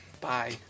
Bye